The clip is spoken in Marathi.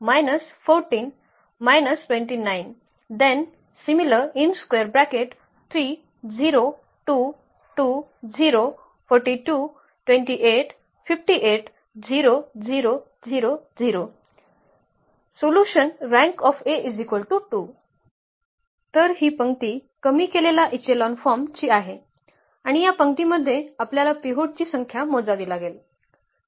तर हि पंक्ती कमी केलेला इचेलॉन फॉर्म ची आहे आणि या पंक्ती मध्ये आपल्याला पिव्होट ची संख्या मोजावी लागेल